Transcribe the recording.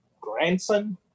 grandson